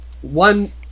one